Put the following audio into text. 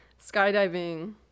skydiving